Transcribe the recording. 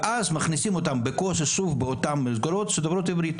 מכניסים אותם באותן מסגרות דוברות עברית